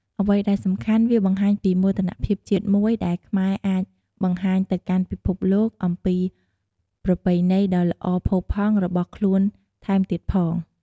អ្វីដែលសំខាន់ វាបង្ហាញពី មោទនភាពជាតិ មួយដែលខ្មែរអាចបង្ហាញទៅកាន់ពិភពលោកអំពីប្រពៃណីដ៏ល្អផូរផង់របស់ខ្លួនថែមទៀតផង។